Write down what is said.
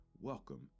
welcome